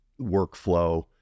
workflow